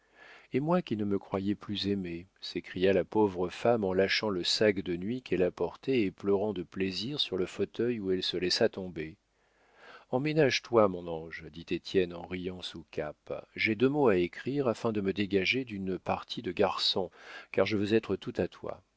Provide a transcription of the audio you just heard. et moi qui ne me croyais plus aimée s'écria la pauvre femme en lâchant le sac de nuit qu'elle apportait et pleurant de plaisir sur le fauteuil où elle se laissa tomber emménage toi mon ange dit étienne en riant sous cape j'ai deux mots à écrire afin de me dégager d'une partie de garçon car je veux être tout à toi